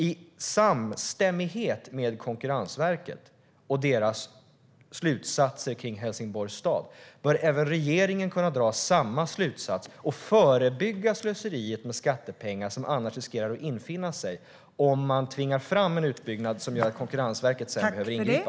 I samstämmighet med Konkurrensverket och dess slutsatser om Helsingborgs stad bör även regeringen kunna dra samma slutsats och förebygga slöseriet med skattepengar. Det riskerar annars att infinna sig om man tvingar fram en utbyggnad som gör att Konkurrensverket sedan behöver ingripa.